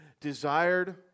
desired